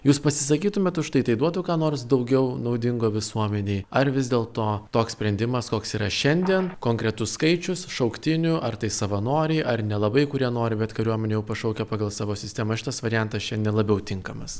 jūs pasisakytumėt už tai tai duotų ką nors daugiau naudingo visuomenei ar vis dėlto toks sprendimas koks yra šiandien konkretus skaičius šauktinių ar tai savanoriai ar nelabai kurie nori bet kariuomenė jau pašaukia pagal savo sistemą šitas variantas šiandien labiau tinkamas